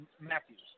Matthews